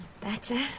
better